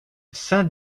saint